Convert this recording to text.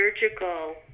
surgical